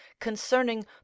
concerning